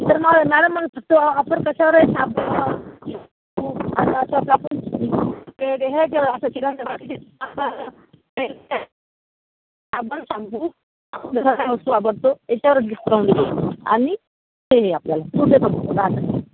तर मॅडम